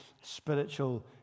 spiritual